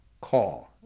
call